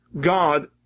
God